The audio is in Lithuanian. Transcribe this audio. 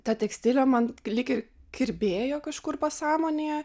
ta tekstilė man lyg ir kirbėjo kažkur pasąmonėje